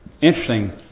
interesting